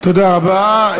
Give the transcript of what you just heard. תודה רבה.